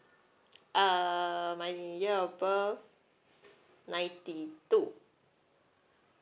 uh my year of birth ninety two